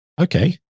Okay